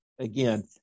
Again